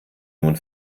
nun